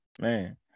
Man